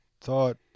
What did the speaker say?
thought